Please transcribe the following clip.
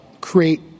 create